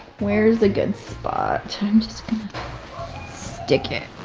where's a good spot? i'm just gonna stick it.